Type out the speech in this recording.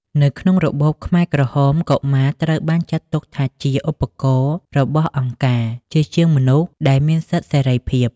នៅក្នុងរបបខ្មែរក្រហម កុមារត្រូវបានចាត់ទុកថាជា «ឧបករណ៍» របស់អង្គការ ជាជាងមនុស្សដែលមានសិទ្ធិសេរីភាព។